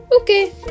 okay